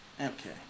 Okay